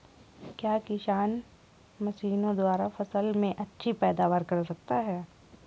क्या किसान मशीनों द्वारा फसल में अच्छी पैदावार कर सकता है?